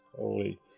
Holy